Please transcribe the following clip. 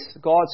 God's